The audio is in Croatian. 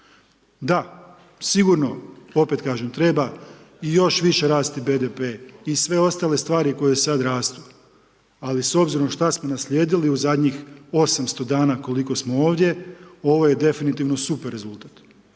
Da, sigurno, opet kažem treba i još više rasti BDP-e i sve ostale stvari koje sada rastu. Ali s obzirom što smo naslijedili u zadnjih 800 dana koliko smo ovdje, ovo je definitivno super rezultat.